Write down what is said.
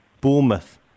Bournemouth